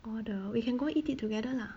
order we can go eat it together lah